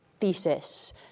thesis